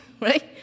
right